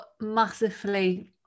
massively